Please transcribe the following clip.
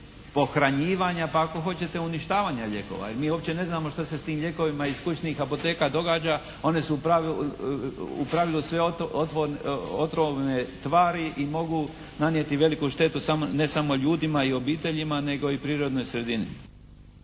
pohranjivanja, pa ako hoćete uništavanja lijekova. Jer mi uopće ne znamo šta se s tim lijekovima iz kućnih apoteka događa. One su u pravilu, u pravilu sve otrovne tvari i mogu nanijeti veliku štetu ne samo ljudima i obiteljima nego i prirodnoj sredini.